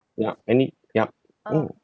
ya any ya mm